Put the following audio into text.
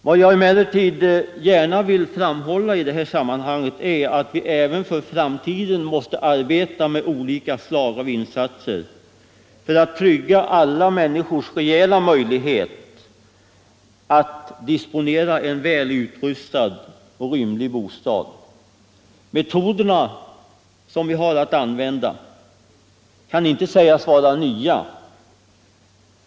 Vad jag emellertid vill framhålla i detta sammanhang är att vi även för framtiden måste arbeta med olika slag av insatser för att trygga alla människors reella möjlighet att disponera en väl utrustad och rymlig bostad. De metoder vi har för att uppnå detta mål är inte nya.